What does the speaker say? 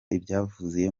ibyavuye